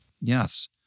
Yes